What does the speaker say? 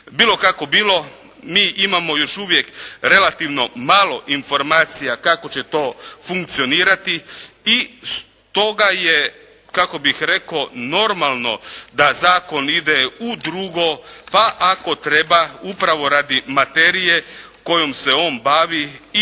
Bilo kako bilo, mi imamo još uvijek relativno malo informacija kako će to funkcionirati i stoga je, kako bih rekao, normalno da zakon ide u drugo, pa ako treba upravo radi materije kojom se on bavi i